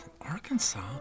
Arkansas